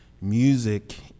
music